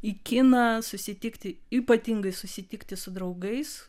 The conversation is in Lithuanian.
į kiną susitikti ypatingai susitikti su draugais